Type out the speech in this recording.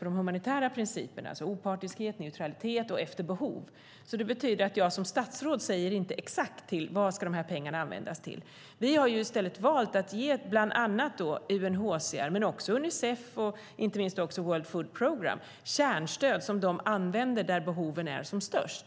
humanitära principer, det vill säga opartiskhet, neutralitet och efter behov. Det betyder att jag som statsråd inte säger exakt vad pengarna ska användas till. Vi har i stället valt att ge till bland annat UNHCR, Unicef och inte minst World Food Programme kärnstöd som de använder där behoven är som störst.